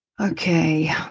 Okay